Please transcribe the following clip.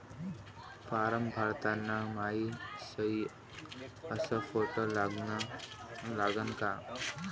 Form भरताना मायी सयी अस फोटो लागन का?